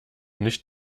nicht